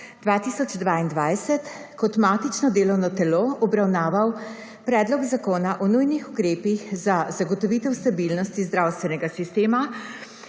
2022, kot matično delovno telo obravnaval predlog zakona o nujnih ukrepih za zagotovitev stabilnosti zdravstvenega sistema,